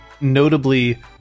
Notably